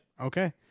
Okay